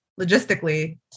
logistically